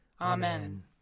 Amen